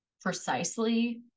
precisely